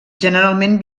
generalment